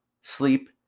sleep